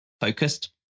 focused